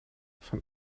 van